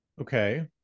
Okay